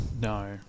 No